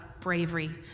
bravery